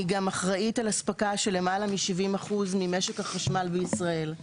היא גם אחראית על אספקה של למעלה מ-70% ממשק החשמל בישראל.